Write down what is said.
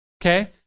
Okay